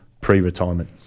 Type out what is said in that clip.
pre-retirement